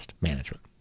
management